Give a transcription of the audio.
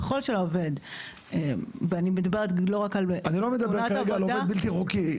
ככל שהעובד- -- אני לא מדבר על עובד בלתי חוקי.